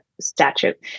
statute